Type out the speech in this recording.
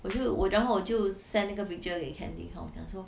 我就我 then 我就 send 一个 picture 给 candy 我讲说